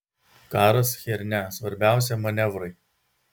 karas chiernia svarbiausia manevrai